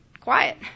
quiet